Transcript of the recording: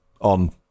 on